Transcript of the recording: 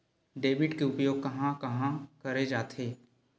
Debit के उपयोग कहां कहा करे जाथे?